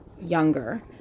younger